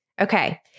Okay